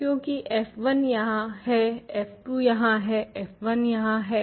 क्यूंकि f1 यहाँ है f2 यहाँ है f1 यहाँ है